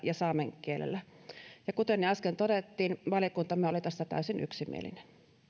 ja saamen kielellä kuten jo äsken todettiin valiokuntamme oli tästä täysin yksimielinen